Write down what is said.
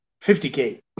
50K